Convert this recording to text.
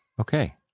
Okay